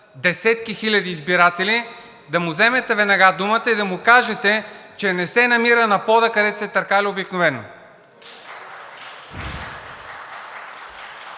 десетки хиляди избиратели, да му вземете веднага думата и да му кажете, че не се намира на пода, където се търкаля обикновено.